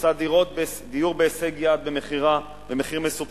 רוצה דיור בהישג יד במחיר מסובסד.